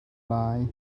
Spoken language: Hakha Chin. lai